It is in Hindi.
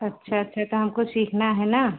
अच्छा अच्छा तो हमको सीखना है ना